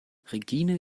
regine